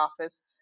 office